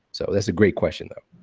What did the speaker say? so that's a great question though.